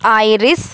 iris